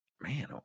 Man